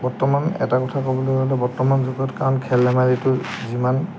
বৰ্তমান এটা কথা ক'বলৈ গ'লে বৰ্তমান যুগত কাৰণ খেল ধেমালিটো যিমান